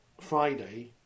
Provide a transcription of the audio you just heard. Friday